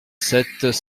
sept